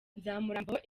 nzamurambaho